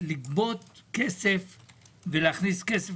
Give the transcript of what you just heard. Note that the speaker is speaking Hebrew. הוא לא יפחית כהוא זה את השימוש,